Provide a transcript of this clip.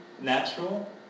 natural